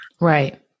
Right